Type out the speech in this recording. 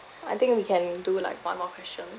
I think we can do like one more question